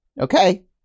Okay